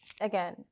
Again